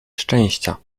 szczęścia